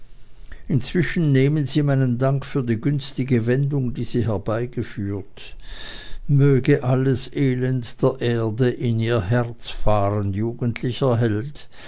inzwischen nehmen sie meinen dank für die günstige wendung die sie herbeigeführt möge alles elend der erde in ihr herz fahren jugendlicher held